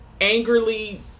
angrily